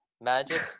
Magic